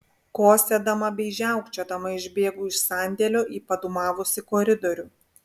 kosėdama bei žiaukčiodama išbėgu iš sandėlio į padūmavusį koridorių